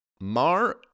Mar